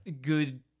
good